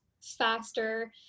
faster